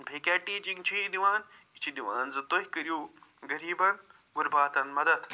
بیٚیہِ کیٛاہ ٹیٖچِنٛگ چھِ یہِ دِوان یہِ چھِ دِوان زٕ تُہۍ کٔرِو غریٖبن غُرباتن مدد